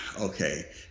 Okay